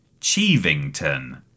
Chevington